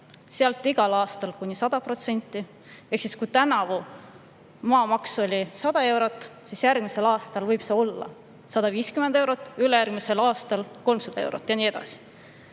edasi igal aastal kuni 100%. Ehk siis, kui tänavu maamaks oli 100 eurot, siis järgmisel aastal on võib-olla 150 eurot, ülejärgmisel aastal 300 eurot ja nii edasi.